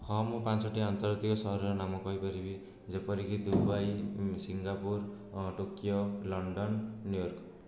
ହଁ ମୁଁ ପାଞ୍ଚଟି ଆନ୍ତର୍ଜାତିକ ସହରର ନାମ କହିପାରିବି ଯେପରିକି Dubai Singapore Tokyo London New York